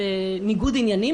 ניגוד עניינים